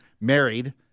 married